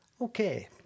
Okay